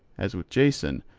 as with jason,